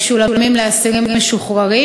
המשולמים לאסירים משוחררים?